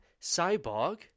Cyborg